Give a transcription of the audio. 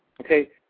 okay